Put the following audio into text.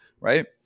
Right